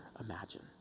imagine